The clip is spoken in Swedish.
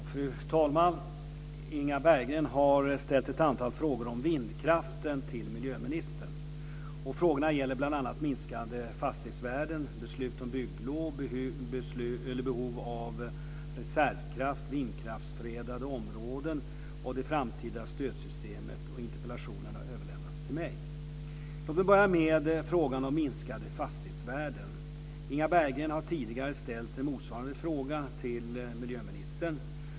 Fru talman! Inga Berggren har ställt ett antal frågor om vindkraften till miljöministern. Frågorna gäller bl.a. minskade fastighetsvärden, beslut om bygglov, behov av reservkraft, vindkraftsfredade områden och det framtida stödsystemet. Interpellationen har överlämnats till mig. Låt mig börja med frågan om minskade fastighetsvärden. Inga Berggren har tidigare ställt en motsvarande fråga till miljöministern.